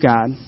God